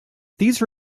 these